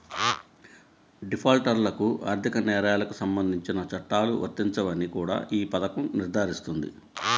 డిఫాల్టర్లకు ఆర్థిక నేరాలకు సంబంధించిన చట్టాలు వర్తించవని కూడా ఈ పథకం నిర్ధారిస్తుంది